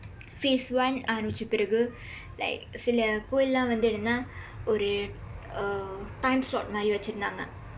phase one ஆரம்பிச்ச பிறகு:aarampichsa piraku like சில கோயில் எல்லாம் வந்து என்னன்னா ஒரு:sila kooyil ellaam vandthu ennannaa oru uh time slot மாதிரி வச்சிருந்தாங்க:maathiri vachsirundthaangka